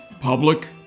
public